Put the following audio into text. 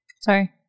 Sorry